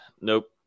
Nope